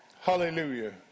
Hallelujah